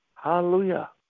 Hallelujah